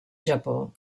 japó